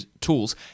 tools